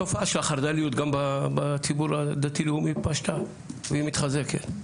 התופעה של החרד"ליות פשטה גם בציבור הדתי-לאומי והיא מתחזקת,